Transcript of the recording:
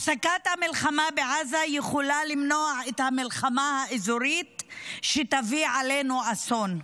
הפסקת המלחמה בעזה יכולה למנוע את המלחמה האזורית שתביא עלינו אסון.